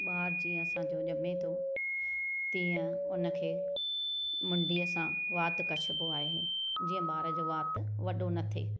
ॿार जीअं असांजो ॼमे थो तीअं उन खे मुंडीअ सां वात कछ्बो आहे जीअं ॿार जो वात वॾो न थिए